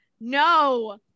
No